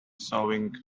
sewing